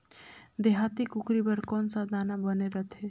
देहाती कुकरी बर कौन सा दाना बने रथे?